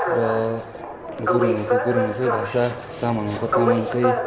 र गुरुङहरूको गुरुङहरूको भाषा तामाङहरूको तामाङकै